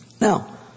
Now